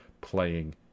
playing